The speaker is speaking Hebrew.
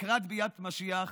לקראת ביאת משיח,